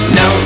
no